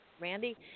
Randy